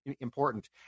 important